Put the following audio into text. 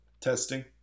Testing